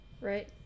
Right